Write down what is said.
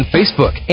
Facebook